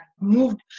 moved